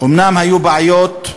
אומנם היו בעיות,